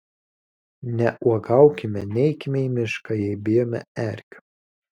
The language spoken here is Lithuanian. neuogaukime neikime į mišką jei bijome erkių